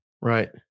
right